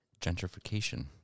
gentrification